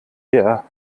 der